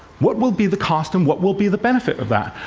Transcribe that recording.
what will be the cost and what will be the benefit of that?